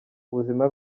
ubuzima